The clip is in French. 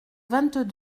vingt